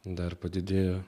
dar padidėjo